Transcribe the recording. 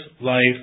life